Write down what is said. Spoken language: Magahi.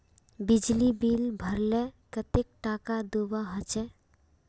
बिजली बिल भरले कतेक टाका दूबा होचे?